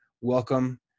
Welcome